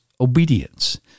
obedience